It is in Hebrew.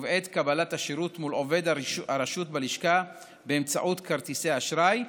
ובעת קבלת השירות מול עובד הרשות בלשכה באמצעות כרטיסי אשראי,